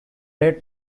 late